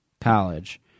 college